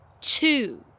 two